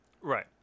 Right